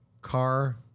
car